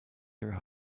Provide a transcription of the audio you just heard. your